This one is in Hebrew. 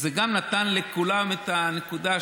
וזה גם נתן לכולם את הנקודה,